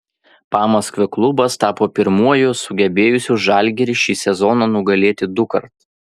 pamaskvio klubas tapo pirmuoju sugebėjusiu žalgirį šį sezoną nugalėti dukart